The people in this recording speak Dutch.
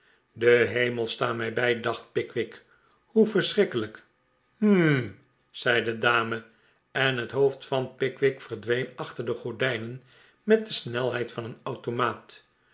de hemel sta mij bij dacht pickwick hoe verschrikkelijk hmi zei de dame en het hoofd van pickwick verdween achter de gordijnen met de snelheid van een automaat